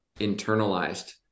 internalized